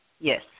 Yes